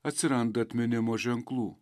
atsiranda atminimo ženklų